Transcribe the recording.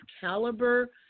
caliber